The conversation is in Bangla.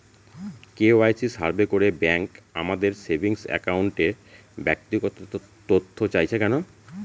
কে.ওয়াই.সি সার্ভে করে ব্যাংক আমাদের সেভিং অ্যাকাউন্টের ব্যক্তিগত তথ্য চাইছে কেন?